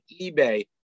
ebay